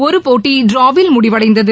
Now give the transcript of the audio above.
ஒரு போட்டி டிராவில் முடிவடைந்தது